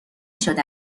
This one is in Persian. شده